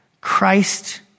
Christ